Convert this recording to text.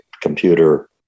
computer